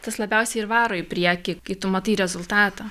tas labiausiai ir varo į priekį kai tu matai rezultatą